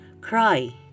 Cry